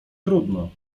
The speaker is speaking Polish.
trudno